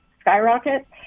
skyrocket